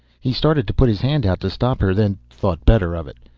he started to put his hand out to stop her then thought better of it.